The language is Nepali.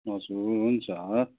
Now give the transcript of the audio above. हजुर हुन्छ